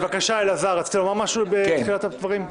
בבקשה, אלעזר, רצית לומר משהו בתחילת הדברים?